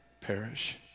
perish